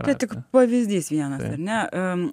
tai tik pavyzdys vienas ar ne